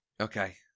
Okay